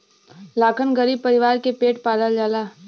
लाखन गरीब परीवार के पेट पालल जाला